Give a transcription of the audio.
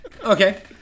Okay